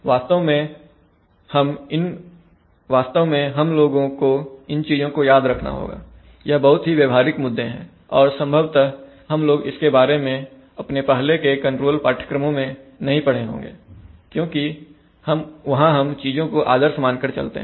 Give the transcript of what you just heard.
वास्तव में हम लोगों को इन चीजों को याद रखना होगा यह बहुत ही व्यवहारिक मुद्दे हैं और संभवत हम लोग इसके बारे में अपने पहले के कंट्रोल पाठ्यक्रमों में नहीं पढ़े होंगेक्योंकि वहां हम चीजों को आदर्श मानकर चलते हैं